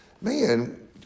man